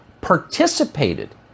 participated